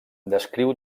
descriu